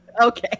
Okay